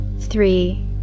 three